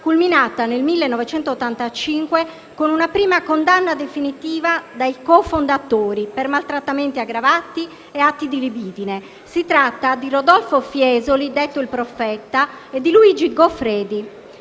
culminata nel 1985 con una prima condanna definitiva dei cofondatori per maltrattamenti aggravati e atti di libidine. Si tratta di Rodolfo Fiesoli, detto il «profeta», e di Luigi Goffredi.